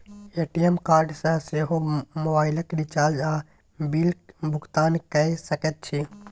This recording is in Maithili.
ए.टी.एम कार्ड सँ सेहो मोबाइलक रिचार्ज आ बिलक भुगतान कए सकैत छी